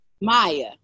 Maya